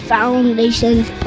Foundations